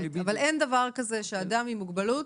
אבל אין דבר כזה שאדם עם מוגבלות,